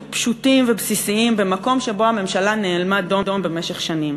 פשוטים ובסיסיים במקום שבו הממשלה נאלמה דום במשך שנים.